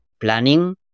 planning